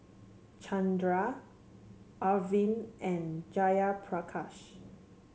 Chandra Arvind and Jayaprakash